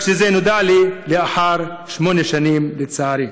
רק שזה נודע לי לאחר שמונה שנים, לצערי